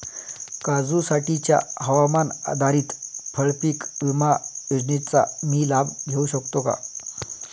काजूसाठीच्या हवामान आधारित फळपीक विमा योजनेचा मी लाभ घेऊ शकतो का?